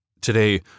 Today